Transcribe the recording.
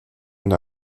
und